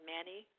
Manny